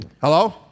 Hello